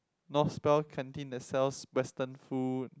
North Spine canteen that sells Western food